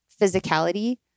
physicality